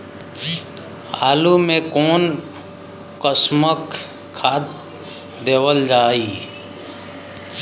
आलू मे कऊन कसमक खाद देवल जाई?